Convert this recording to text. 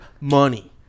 money